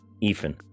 Ethan